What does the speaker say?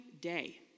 day